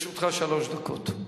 לרשותך שלוש דקות.